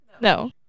No